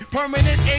Permanent